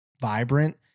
vibrant